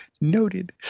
Noted